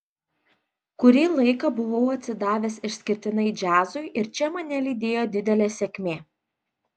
kurį laiką buvau atsidavęs išskirtinai džiazui ir čia mane lydėjo didelė sėkmė